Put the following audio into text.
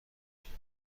نمونه